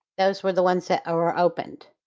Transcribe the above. those were the ones that are opened.